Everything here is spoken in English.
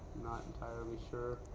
not entirely sure.